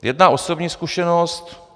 Jedna osobní zkušenost.